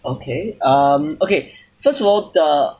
okay um okay first of all the